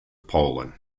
poland